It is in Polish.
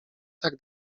tak